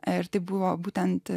ir tai buvo būtent